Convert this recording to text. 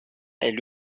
elle